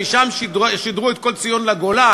שמשם שידרו את "קול ציון לגולה",